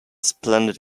splendid